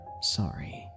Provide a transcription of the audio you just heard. sorry